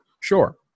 sure